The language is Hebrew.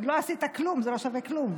עוד לא עשית כלום, זה לא שווה כלום.